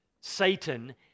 Satan